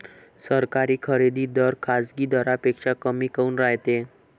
सरकारी खरेदी दर खाजगी दरापेक्षा कमी काऊन रायते?